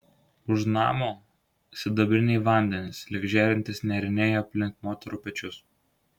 už namo sidabriniai vandenys lyg žėrintys nėriniai aplink moterų pečius